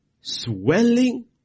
swelling